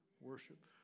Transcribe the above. worship